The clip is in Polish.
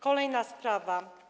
Kolejna sprawa.